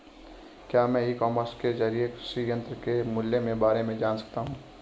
क्या मैं e commerce के ज़रिए कृषि यंत्र के मूल्य में बारे में जान सकता हूँ?